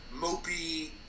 mopey